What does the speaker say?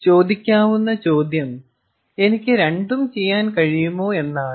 അപ്പോൾ ചോദിക്കാവുന്ന ചോദ്യം എനിക്ക് രണ്ടും ചെയ്യാൻ കഴിയുമോ എന്നാണ്